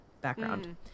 background